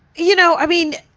you know, i mean,